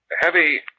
Heavy